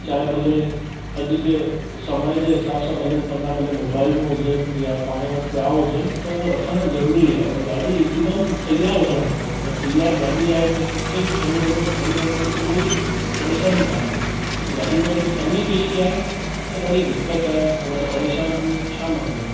चाहे भले अॼु के समय जे हिसाब सां भले उहे पन्ना मोबाईल में हुजनि यां पाण वटि पिया हुजनि त उहो रखणु ज़रूरी आहे ऐं गाॾी हिकदमि तयारु हुजणु खपे मतलबु तयारु गाॾी आहे त किथे बि खणी वञो खणी वञण में कोई परेशानी काने गाॾी में कुझु कमी पेशी आहे त ॾाढी दिक़त आहे पर परेशान थियूं छा मतलबु